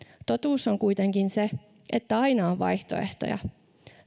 totuus on kuitenkin se että aina on vaihtoehtoja